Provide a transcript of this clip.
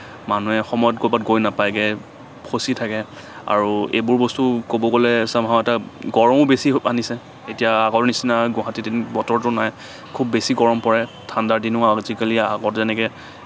মানুহে সময়ত ক'ৰবাত গৈ নাপায়গে ফচি থাকে আৰু এইবোৰ বস্তু ক'ব গ'লে চামহাও এটা গৰমো বেছি আনিছে এতিয়া আগৰ নিছিনা গুৱাহাটীত বতৰটো নাই খুব বেছি গৰম পৰে ঠাণ্ডাৰ দিনো আজিকালি আগত যেনেকে